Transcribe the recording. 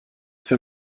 für